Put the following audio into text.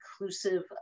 inclusive